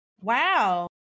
Wow